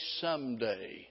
someday